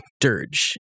dirge